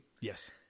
Yes